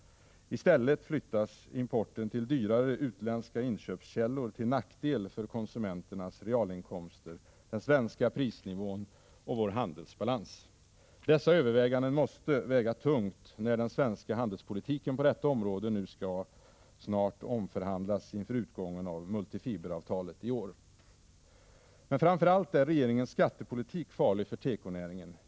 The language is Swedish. I stället flyttas importen till dyrare utländska inköpskällor, till nackdel för konsumenternas realinkomster, den svenska prisnivån och vår handelsbalans. Dessa överväganden måste väga tungt när den svenska handelspolitiken på detta område nu snart skall omförhandlas inför utgången av multifiberavtalet i år. Men framför allt är regeringens skattepolitik farlig för tekonäringen.